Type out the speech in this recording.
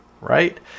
Right